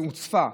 שהוצפה,